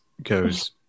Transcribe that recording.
goes